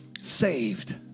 saved